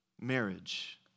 marriage